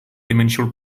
dimensional